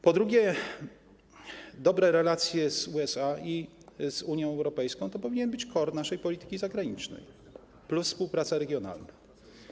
Po drugie, dobre relacje z USA i z Unią Europejską powinny stanowić core naszej polityki zagranicznej, plus współpraca regionalna.